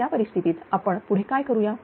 तर त्या परिस्थितीत आपण पुढे काय करूया